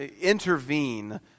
intervene